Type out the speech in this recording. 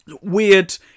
weird